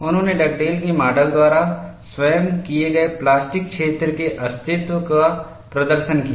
उन्होंने डगडेल के माडल द्वारा स्वयं किए गए प्लास्टिक क्षेत्र के अस्तित्व का प्रदर्शन किया